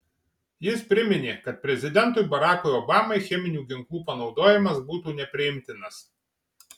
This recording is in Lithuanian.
jis priminė kad prezidentui barackui obamai cheminių ginklų panaudojimas būtų nepriimtinas